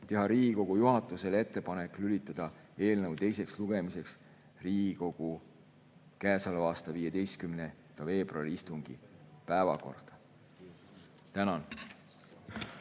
tehakse Riigikogu juhatusele ettepanek lülitada eelnõu teiseks lugemiseks Riigikogu käesoleva aasta 15. veebruari istungi päevakorda. Tänan!